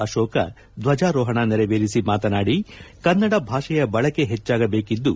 ಅಕೋಕ ಧ್ವಜಾರೋಹಣ ನೆರವೇರಿಸಿ ಮಾತನಾಡಿ ಕನ್ನಡ ಭಾಷೆಯ ಬಳಕೆ ಹೆಚ್ಚಾಗದೇಕಿದ್ದು